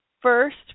first